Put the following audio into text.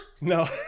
No